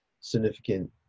significant